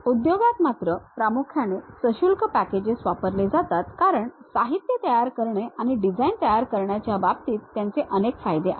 उद्योगात मात्र प्रामुख्याने सशुल्क पॅकेजेस वापरले जातात कारण साहित्य तयार करणे आणि डिझाइन तयार करण्याच्या बाबतीत त्यांचे अनेक फायदे आहेत